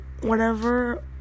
whenever